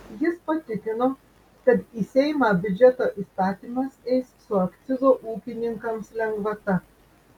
jis patikino kad į seimą biudžeto įstatymas eis su akcizo ūkininkams lengvata